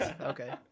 Okay